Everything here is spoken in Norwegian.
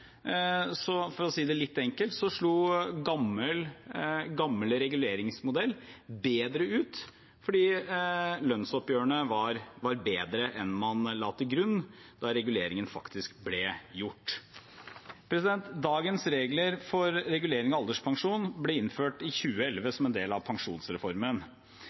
for å si det litt enkelt, slo gammel reguleringsmodell bedre ut fordi lønnsoppgjørene var bedre enn man la til grunn da reguleringen faktisk ble gjort. Dagens regler for regulering av alderspensjonen ble innført i 2011 som en del av pensjonsreformen.